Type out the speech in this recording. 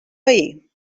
veí